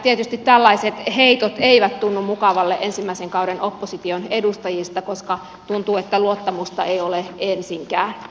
tietysti tällaiset heitot eivät tunnu mukavalta ensimmäisen kauden opposition edustajista koska tuntuu että luottamusta ei ole ensinkään